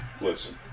Listen